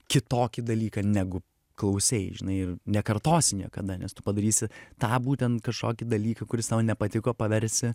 kitokį dalyką negu klausei žinai ir nekartosi niekada nes tu padarysi tą būtent kažkokį dalyką kuris tau nepatiko paversi